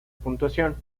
puntuación